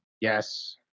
Yes